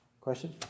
Question